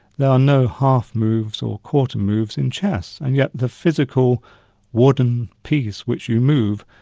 there are no half moves or quarter moves in chess, and yet the physical wooden piece which you move,